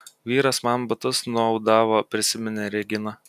vyras man batus nuaudavo prisiminė regina